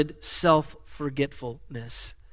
self-forgetfulness